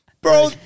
Bro